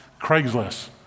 Craigslist